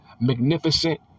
magnificent